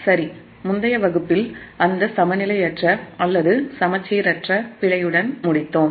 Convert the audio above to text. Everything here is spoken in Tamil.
சரி முந்தைய வகுப்பில் அந்த சமநிலையற்ற பகுப்பாய்வுஅல்லது சமச்சீரற்ற பகுப்பாய்வு பிழையுடன் முடித்தோம்